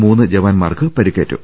മൂന്ന് ജവാന്മാർക്ക് പരിക്കേറ്റു